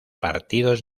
partidos